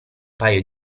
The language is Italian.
paio